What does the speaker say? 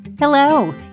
Hello